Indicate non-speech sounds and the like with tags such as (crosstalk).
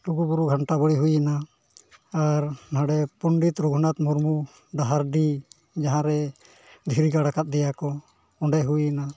ᱞᱩᱜᱩᱼᱵᱩᱨᱩ ᱜᱷᱟᱱᱴᱟ ᱵᱲᱟᱮ ᱦᱩᱭᱮᱱᱟ ᱟᱨ ᱱᱟᱰᱮ ᱯᱚᱱᱰᱤᱛ ᱨᱟᱹᱜᱷᱩᱱᱟᱛᱷ ᱢᱩᱨᱢᱩ ᱰᱟᱦᱟᱨᱰᱤ ᱡᱟᱦᱟᱸ ᱨᱮ (unintelligible) ᱠᱟᱫᱮᱭᱟᱠᱚ ᱚᱸᱰᱮ ᱦᱩᱭᱱᱟ